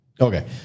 Okay